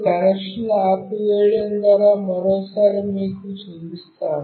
ఇప్పుడు కనెక్షన్ను ఆపివేయడం ద్వారా మరోసారి మీకు చూపిస్తాను